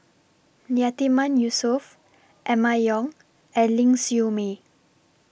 Yatiman Yusof Emma Yong and Ling Siew May